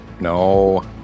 No